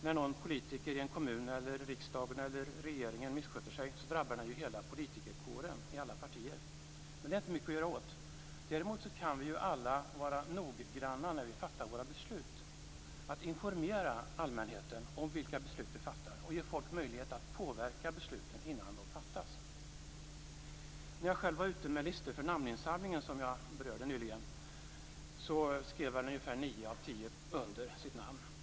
När någon politiker i en kommun, i riksdagen eller regeringen missköter sig drabbar det hela politikerkåren, alla partier. Det är inte mycket att göra åt. Däremot kan vi alla när vi fattar våra beslut vara noggranna med att informera allmänheten om vilka beslut vi fattar och ge folk möjlighet att påverka besluten innan de fattas. När jag själv var ute med listor för den namninsamling som jag tidigare berörde skrev ungefär nio av tio under.